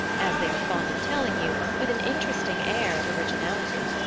as they are fond of telling you with an interesting air of originality.